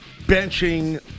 benching